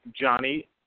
Johnny